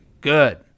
Good